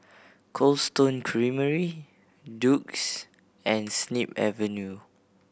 Cold Stone Creamery Doux and Snip Avenue